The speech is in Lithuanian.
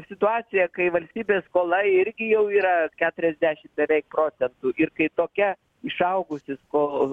situacija kai valstybės skola irgi jau yra keturiasdešim beveik procentų ir kai tokia išaugusi sko